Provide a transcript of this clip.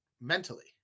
mentally